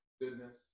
goodness